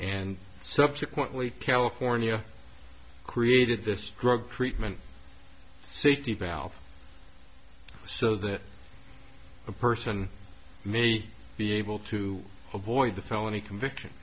and subsequently california created this drug treatment safety valve so that a person may be able to avoid the felony conviction